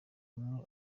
umwe